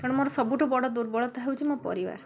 କାରଣ ମୋର ସବୁଠୁ ବଡ଼ ଦୁର୍ବଳତା ହେଉଛି ମୋ ପରିବାର